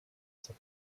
zur